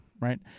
Right